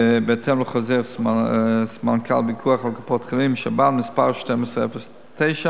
בהתאם לחוזר סמנכ"ל פיקוח על קופות-החולים ושב"ן מס' 12/09,